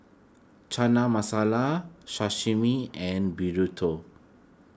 Chana Masala Sashimi and Burrito